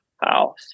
house